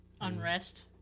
unrest